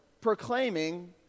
proclaiming